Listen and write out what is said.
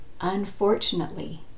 unfortunately